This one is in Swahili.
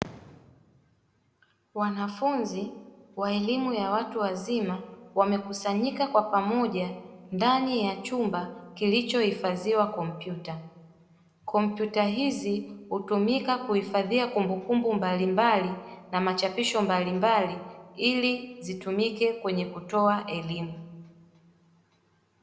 Wanafunzi wa elimu ya watu wazima wamekusanyika kwa pamoja, ndani ya chumba kilichohifadhiwa kompyuta. Kompyuta hizi hutumika kuhifadhia kumbukumbu mbalimbali na machapisho mbalimbali, ili zitumike kwenye kutoa elimu.